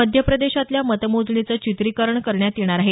मध्य प्रदेशातल्या मतमोजणीचं चित्रिकरण करण्यात येणार आहे